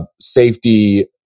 safety